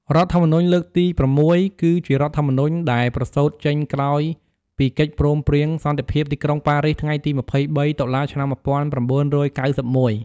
រដ្ឋធម្មនុញ្ញលើកទី៦ គឺជារដ្ឋធម្មនុញ្ញដែលប្រសូត្រចេញក្រោយពីកិច្ចព្រមព្រៀងសន្តិភាពទីក្រុងបារីស ថ្ងៃទី ២៣ តុលាឆ្នាំ១៩៩១។